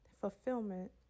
fulfillment